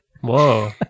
Whoa